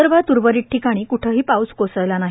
विदर्भात उर्वरित ठिकाणी कूठंही पाऊस कोसळला नाही